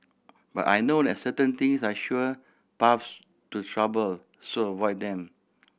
but I know that certain things are sure paths to trouble so avoid them